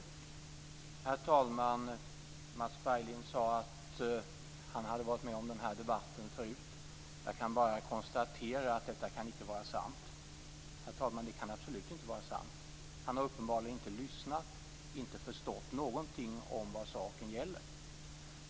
Herr talman! Mats Berglind sade att han hade varit med om den här debatten förut. Jag kan bara konstatera att detta icke kan vara sant. Herr talman! Det kan absolut inte vara sant. Han har uppenbarligen inte lyssnat och inte förstått någonting av vad saken gäller.